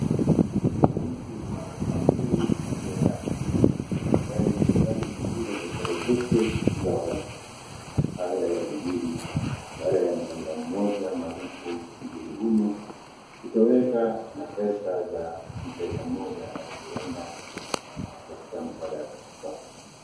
Wananchi kutoka kaunti ya Namu, wamerai serikali kufunga biashara zote za waganga. Haya yanajiri baada ya mganga mmoja maarufu kijijini humo, kutoweka na pesa za mteja mmoja, aliyeenda kutafuta msaada kwake.